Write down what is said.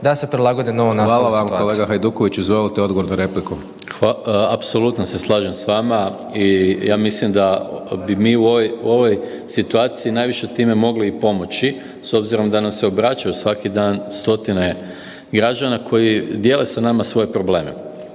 Izvolite odgovor na repliku. **Maras, Gordan (SDP)** Hvala. Apsolutno se slažem s vama i ja mislim da bi mi u ovoj situaciji najviše time mogli i pomoći s obzirom da nam se obraćaju svaki dan stotine građana koji dijele sa nama svoje probleme.